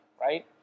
right